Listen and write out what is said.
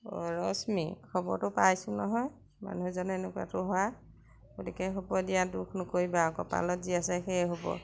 অঁ ৰশ্মি খবৰটো পাইছোঁ নহয় মানুহজনে এনেকুৱাটো হোৱা গতিকে হ'ব দিয়া দুখ নকৰিবা আৰু কপালত যি আছে সেই হ'ব